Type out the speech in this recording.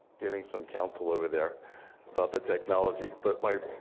getting some counsel over there about the technology. but my